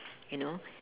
you know